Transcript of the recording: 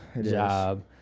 job